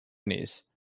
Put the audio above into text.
niece